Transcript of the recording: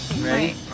Ready